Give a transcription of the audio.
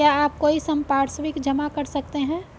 क्या आप कोई संपार्श्विक जमा कर सकते हैं?